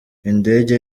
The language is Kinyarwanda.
indege